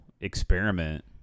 experiment